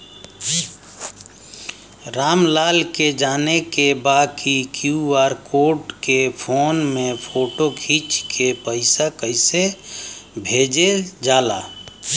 राम लाल के जाने के बा की क्यू.आर कोड के फोन में फोटो खींच के पैसा कैसे भेजे जाला?